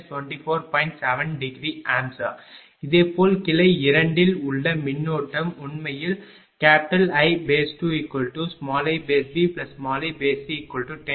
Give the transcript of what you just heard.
7° A இதேபோல் கிளை 2 இல் உள்ள மின்னோட்டம் உண்மையில் I2iBiC10 j17